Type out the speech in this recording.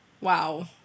Wow